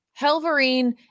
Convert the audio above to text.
Helverine